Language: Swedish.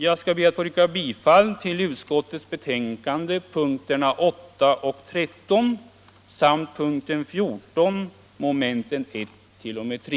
Jag yrkar bifall till utskottets hemställan på punkterna 8 och 13 samt punkten 14 mom. 1-3.